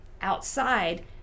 outside